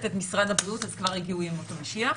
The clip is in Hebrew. את משרד הבריאות אז כבר הגיעו ימות המשיח.